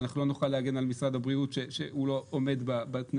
אנחנו לא נוכל להגן על משרד הבריאות כשהוא לא עומד בתנאים.